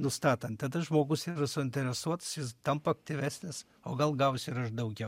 nustatant tada žmogus yra suinteresuotas jis tampa aktyvesnis o gal gausiu ir aš daugiau